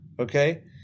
okay